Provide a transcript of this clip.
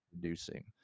producing